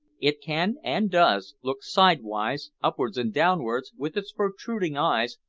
it can, and does, look sidewise, upwards and downwards, with its protruding eyes,